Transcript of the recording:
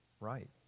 right